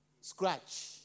scratch